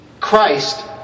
Christ